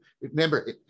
remember